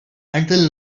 until